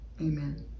Amen